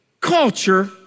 culture